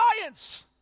science